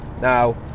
now